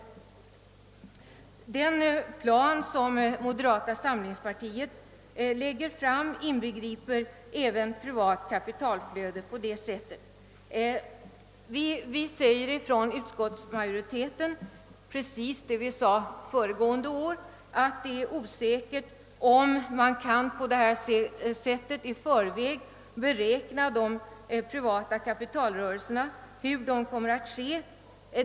Den plan som moderata samlingspartiet lägger fram inbegriper på detta sätt även privat kapitalflöde. Vi inom utskottsmajoriteten uttalar vad vi sade föregående år, att det är osäkert om det är möjligt att på detta sätt i förväg beräkna hur stora de privata kapitalrörelserna kommer att bli och vart de kommer att gå.